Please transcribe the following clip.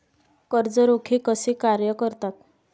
कर्ज रोखे कसे कार्य करतात?